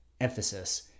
emphasis